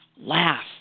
laugh